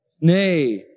Nay